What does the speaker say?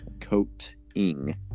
coating